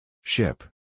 Ship